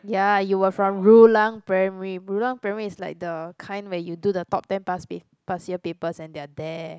uh you were from Rulang primary Rulang primary is like the kind where you do the top ten past y~ past year papers and they're there